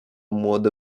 młody